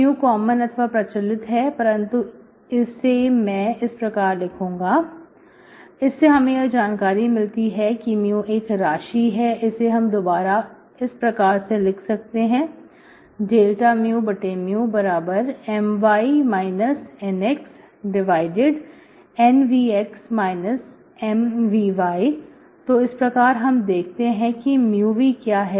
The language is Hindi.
Mu कॉमन अथवा प्रचलित है परंतु मैं इस से इस प्रकार लिखूंगा dμdv μvMy Nx इससे हमें यह जानकारी मिलती है कि mu एक राशि है इसे हम दोबारा इस प्रकार से लिख सकते हैं dμMy NxNvx Mvy तो इस प्रकार हम देखते हैं कि v क्या है